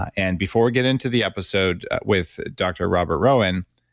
and before we get into the episode with dr. robert rowen,